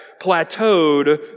plateaued